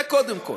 זה קודם כול.